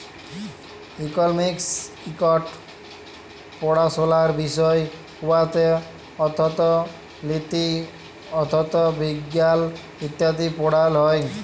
economics ইকট পাড়াশলার বিষয় উয়াতে অথ্থলিতি, অথ্থবিজ্ঞাল ইত্যাদি পড়াল হ্যয়